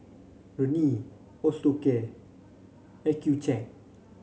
Rene Osteocare Accucheck